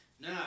Now